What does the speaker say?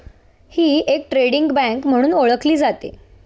ही एक trading bank म्हणून ओळखली जाते